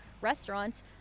restaurants